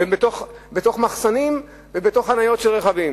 בתוך מחסנים ובתוך חניות של רכבים,